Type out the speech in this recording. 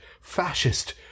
fascist